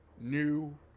new